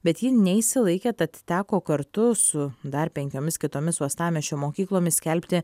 bet ji neišsilaikė tad teko kartu su dar penkiomis kitomis uostamiesčio mokyklomis skelbti